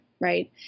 right